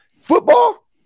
football